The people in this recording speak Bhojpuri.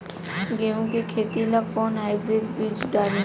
गेहूं के खेती ला कोवन हाइब्रिड बीज डाली?